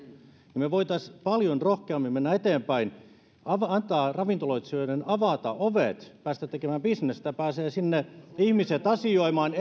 niin me voisimme paljon rohkeammin mennä eteenpäin antaa ravintoloitsijoiden avata ovet päästä tekemään bisnestä pääsisivät sinne ihmiset asioimaan